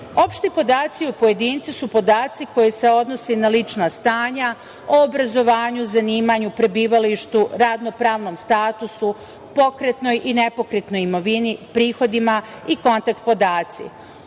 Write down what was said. Opšti podaci o pojedincu su podaci koji se odnose na lična stanja, obrazovanju, zanimanju, prebivalištu, radno-pravnom statusu, pokretnoj i nepokretnoj imovini, prihodima i kontakt podaci.